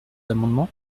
amendements